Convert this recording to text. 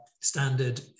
standard